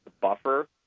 buffer